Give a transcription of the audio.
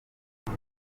uyu